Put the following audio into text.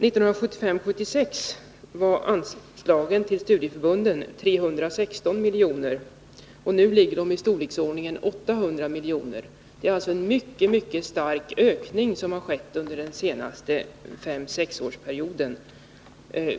Budgetåret 1975/76 uppgick anslagen till studieförbunden till 316 miljoner, nu är de av storleksordningen 800 miljoner. Det är alltså en mycket stark ökning som skett under de senaste 5-6 åren.